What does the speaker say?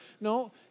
No